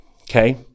okay